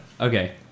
Okay